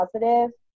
positive